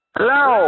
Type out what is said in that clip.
Hello